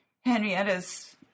Henrietta's